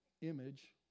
image